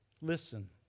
listen